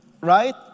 Right